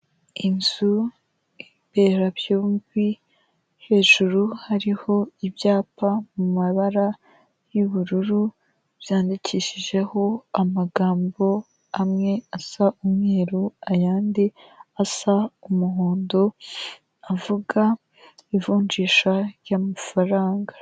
Inzu mberabyombi, hejuru hariho ibyapa mu mabara y'ubururu byandikishijeho amagambo amwe asa umweru, ayandi asa umuhondo avuga ivunjisha ry'amafaranga.